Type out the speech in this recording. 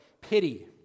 pity